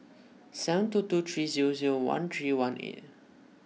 seven two two three zero zero one three one eight